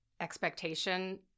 expectation